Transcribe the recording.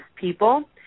people